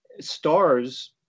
stars